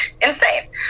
insane